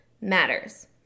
matters